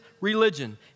religion